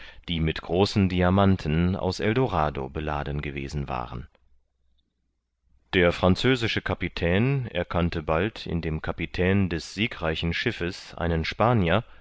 die mit großen diamanten aus eldorado beladen gewesen waren der französische kapitän erkannte bald in dem kapitän des siegreichen schiffes einen spanier